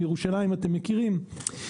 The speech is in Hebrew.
ירושלים אתם מכירים,